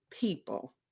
people